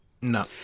No